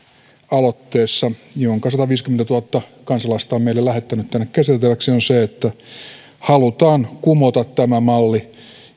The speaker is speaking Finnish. aloitteessa jonka sataviisikymmentätuhatta kansalaista on meille lähettänyt tänne käsiteltäväksi on se että halutaan kumota tämä malli